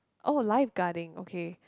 oh light guarding okay